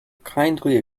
kindly